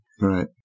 right